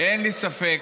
אין לי ספק